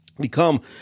become